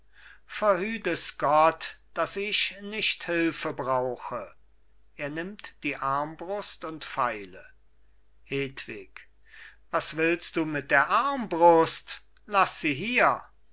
es gott dass ich nicht hülfe brauche er nimmt die armbrust und pfeile hedwig was willst du mit der armbrust lass sie hier